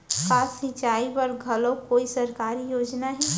का सिंचाई बर घलो कोई सरकारी योजना हे?